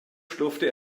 schlurfte